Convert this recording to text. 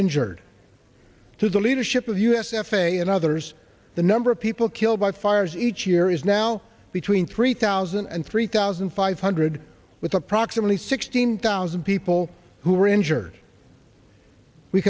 injured to the leadership of us f a a and others the number of people killed by fires each year is now between three thousand and three thousand five hundred with approximately sixteen thousand people who were injured we